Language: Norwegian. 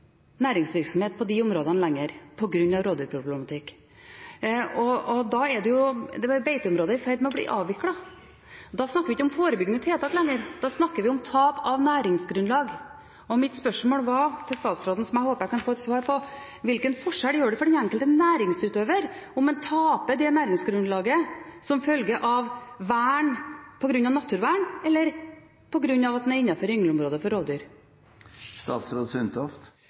næringsvirksomhet på de områdene lenger, på grunn av rovdyrproblematikk. Beiteområdene er i ferd med å bli avviklet. Da snakker vi ikke om forebyggende tiltak lenger, da snakker vi om tap av næringsgrunnlag. Mitt spørsmål til statsråden, som jeg håper jeg kan få et svar på, er: Hvilken forskjell gjør det for den enkelte næringsutøver om en taper det næringsgrunnlaget som følge av vern på grunn av naturvern, eller om en taper det på grunn av at en er innenfor yngleområdet for rovdyr?